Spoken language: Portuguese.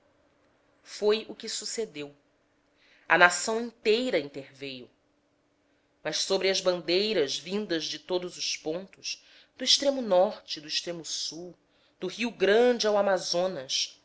foi o que sucedeu a nação inteira interveio mas sobre as bandeiras vindas de todos os pontos do extremo norte e do extremo sul do rio grande ao amazonas